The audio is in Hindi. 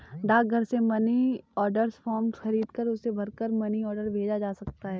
डाकघर से मनी ऑर्डर फॉर्म खरीदकर उसे भरकर मनी ऑर्डर भेजा जा सकता है